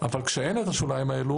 אנחנו לא עושים שום דבר בלי האישור שלהם,